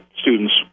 students